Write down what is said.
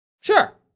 Sure